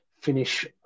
finish